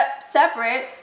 separate